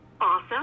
Awesome